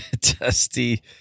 dusty